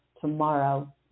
tomorrow